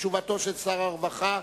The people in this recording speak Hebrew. התשובה של שר הרווחה,